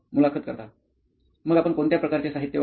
मुलाखत कर्ता मग आपण कोणत्या प्रकारचे साहित्य वापरता